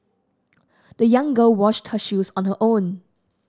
the young girl washed her shoes on her own